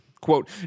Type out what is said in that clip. Quote